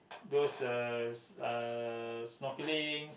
those uh uh snorkeling